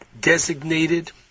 designated